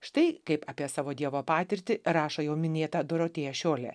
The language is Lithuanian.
štai kaip apie savo dievo patirtį rašo jau minėta dorotėja šiolė